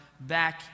back